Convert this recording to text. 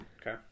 Okay